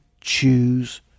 choose